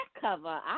cover